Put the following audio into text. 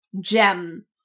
gem